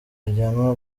ajyanwa